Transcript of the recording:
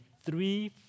three